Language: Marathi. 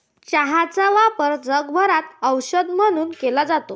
चहाचा वापर जगभरात औषध म्हणून केला जातो